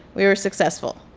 we were successful.